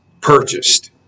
purchased